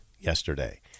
yesterday